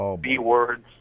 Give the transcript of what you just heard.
B-words